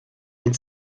mit